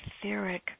etheric